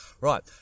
Right